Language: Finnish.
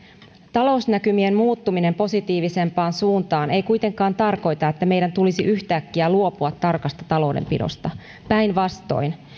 talousnäkymien muuttuminen positiivisempaan suuntaan ei kuitenkaan tarkoita että meidän tulisi yhtäkkiä luopua tarkasta taloudenpidosta päinvastoin